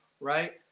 right